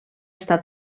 està